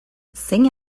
zein